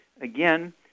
again